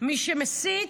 מי שמסית,